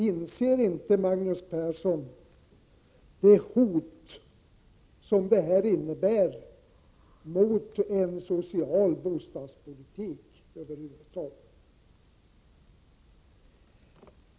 Inser inte Magnus Persson vilket hot detta innebär mot en social bostadspolitik?